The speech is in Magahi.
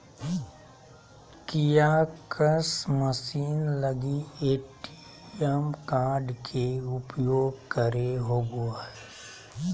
कियाक्स मशीन लगी ए.टी.एम कार्ड के उपयोग करे होबो हइ